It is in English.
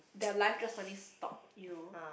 their life just suddenly stop you know